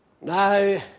Now